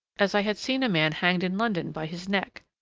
as i had seen a man hanged in london by his neck.